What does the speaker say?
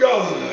God